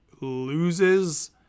loses